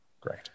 Great